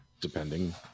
depending